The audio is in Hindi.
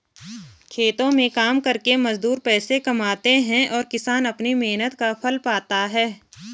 खेतों में काम करके मजदूर पैसे कमाते हैं और किसान अपनी मेहनत का फल पाता है